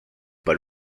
per